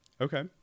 Okay